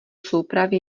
soupravy